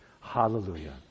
hallelujah